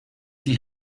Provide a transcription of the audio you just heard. die